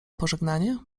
pożegnanie